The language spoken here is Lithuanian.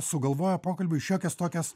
sugalvojo pokalbiui šiokias tokias